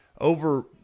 over